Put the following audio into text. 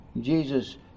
Jesus